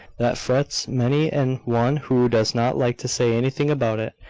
that frets many an one who does not like to say anything about it.